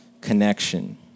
connection